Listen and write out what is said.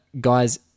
guys